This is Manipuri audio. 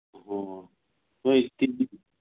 ꯑꯣ